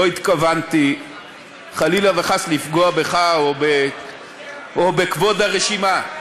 לא התכוונתי חלילה וחס לפגוע בך או בכבוד הרשימה,